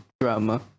drama